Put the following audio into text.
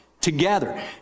together